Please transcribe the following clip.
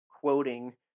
quoting